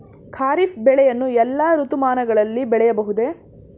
ಖಾರಿಫ್ ಬೆಳೆಯನ್ನು ಎಲ್ಲಾ ಋತುಮಾನಗಳಲ್ಲಿ ಬೆಳೆಯಬಹುದೇ?